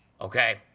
okay